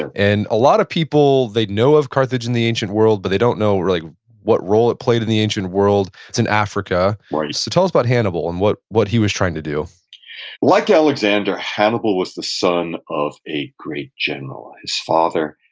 and a lot of people, they know of carthage in the ancient world, but they don't know really what role it played in the ancient world. it's in africa right so tell us about hannibal and what what he was trying to do like alexander, hannibal was the son of a great general. his father,